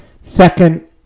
second